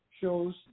shows